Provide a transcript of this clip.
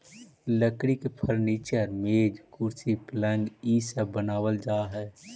लकड़ी के फर्नीचर, मेज, कुर्सी, पलंग इ सब बनावल जा हई